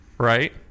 Right